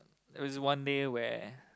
it was one day where